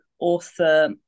author